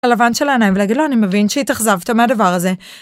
הלבן של העיניים ולהגיד לו אני מבין שהתאכזבת מהדבר הזה.